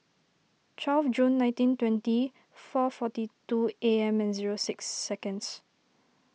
twelve June nineteen twenty four forty two A M and zero six seconds